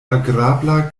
agrabla